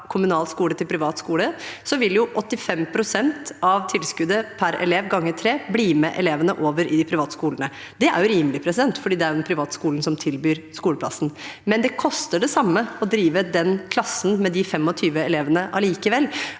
kommunal skole til privat skole. Da vil 85 pst. av tilskuddet per elev ganget med tre bli med elevene over i den private skolen. Det er jo rimelig, for det er den private skolen som tilbyr skoleplassen. Men det koster likevel det samme å drive den klassen med de 25 elevene.